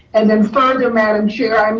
and then further madam chair, um